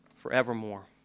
forevermore